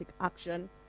action